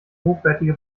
hochwertige